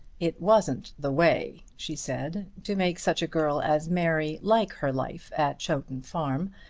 it wasn't the way, she said, to make such a girl as mary like her life at chowton farm,